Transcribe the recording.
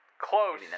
Close